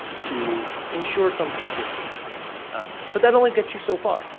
to ensure some consistency but that only gets you so far,